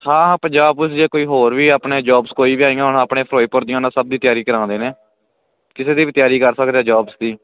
ਹਾਂ ਪੰਜਾਬ ਪੁਲਿਸ ਜੇ ਕੋਈ ਹੋਰ ਵੀ ਆਪਣੇ ਜੋਬਸ ਕੋਈ ਵੀ ਆਈਆਂ ਹੁਣ ਆਪਣੇ ਫਿਰੋਜਪੁਰ ਦੀਆਂ ਨਾਲ ਸਭ ਦੀ ਤਿਆਰੀ ਕਰਾਉਂਦੇ ਨੇ ਕਿਸੇ ਦੀ ਤਿਆਰੀ ਕਰ ਸਕਦੇ ਜੋਬਸ ਦੀ